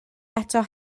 eto